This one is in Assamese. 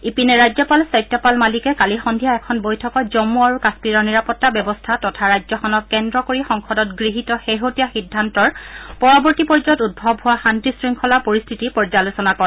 ইপিনে ৰাজ্যপাল সত্যপাল মালিকে কালি সন্ধিয়া এখন বৈঠকত জম্মু আৰু কাশ্মীৰৰ নিৰাপত্তা ব্যৱস্থা তথা ৰাজ্যখনক কেন্দ্ৰ কৰি সংসদত গৃহীত শেহতীয়া সিদ্ধান্তৰ পৰৱৰ্তী পৰ্যায়ত উদ্ভৱ হোৱা শান্তি শৃংখলাৰ পৰিস্থিতিৰ পৰ্যালোচনা কৰে